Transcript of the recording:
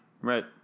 Right